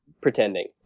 Pretending